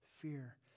fear